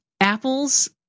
Apple's